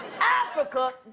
Africa